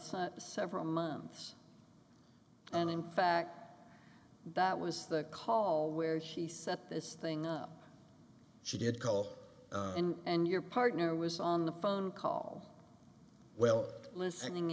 some several months and in fact that was the call where she set this thing up she did call in and your partner was on the phone call well listening